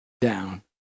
down